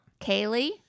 Kaylee